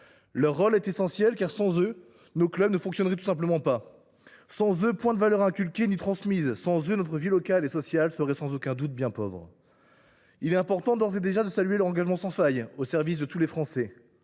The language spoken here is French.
Leur rôle est essentiel, car, sans eux, nos clubs ne fonctionneraient tout simplement pas ; sans eux, point de valeur inculquée ni transmise ; sans eux, notre vie locale et sociale serait sans doute bien pauvre. Il est important de saluer leur engagement sans faille au service de tous les Français,